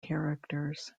characters